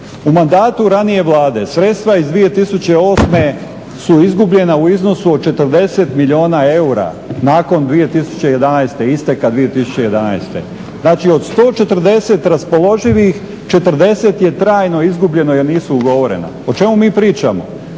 U mandatu ranije Vlade sredstva iz 2008. su izgubljena u iznosu od 40 milijuna eura nakon 2011., isteka 2011. Znači od 140 raspoloživih, 40 je trajno izgubljeno jer nisu ugovorena. O čemu mi pričamo?